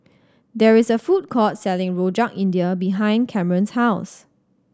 there is a food court selling Rojak India behind Camron's house